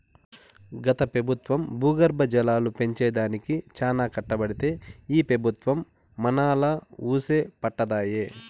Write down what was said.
గత పెబుత్వం భూగర్భ జలాలు పెంచే దానికి చానా కట్టబడితే ఈ పెబుత్వం మనాలా వూసే పట్టదాయె